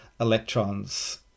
electrons